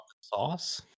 sauce